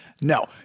No